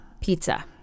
pizza